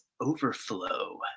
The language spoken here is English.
Overflow